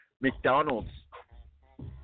McDonald's